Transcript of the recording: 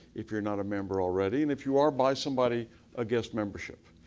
if you're not a member already. and if you are, buy somebody a guest membership.